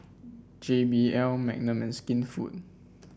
J B L Magnum Skinfood